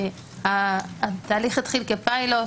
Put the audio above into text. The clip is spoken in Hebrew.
התהליך התחיל כפיילוט,